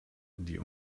die